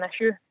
issue